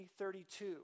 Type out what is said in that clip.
32